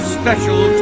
special